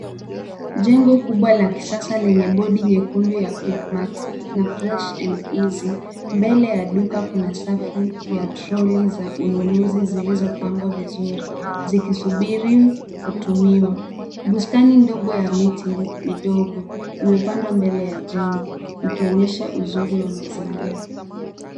Jengo kubwa la kisasa lenye bodi nyekundu ya Quickmart na fresh and easy . Mbele ya duka kuna safu ya trolley za ununuzi zilizopangwa vizuri, zikisubiri kutumiwa. Bustani ndogo ya miti midogo imepandwa mbele ya jengo, ikionyesha uzuri wa mazingira.